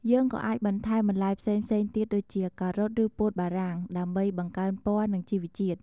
យើងក៏អាចបន្ថែមបន្លែផ្សេងៗទៀតដូចជា ការ៉ុតឬពោតបារាំង ដើម្បីបង្កើនពណ៌និងជីវជាតិ។